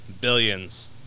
Billions